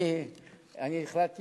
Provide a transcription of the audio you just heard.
אני החלטתי